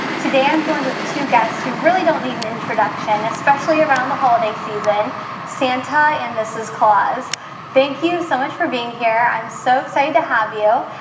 today i'm joined with two guests who really don't need an introduction, and especially around the holiday season santa and mrs. claus. thank you so much for being here. i'm so excited to have you.